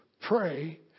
pray